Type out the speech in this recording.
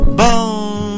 boom